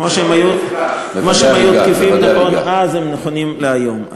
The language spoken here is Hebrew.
כמו שהם היו תקפים נכון לאז, הם נכונים להיום.